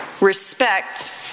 respect